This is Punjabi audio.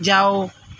ਜਾਓ